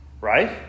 right